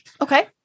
Okay